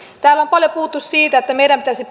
täällä on paljon puhuttu siitä että meidän pitäisi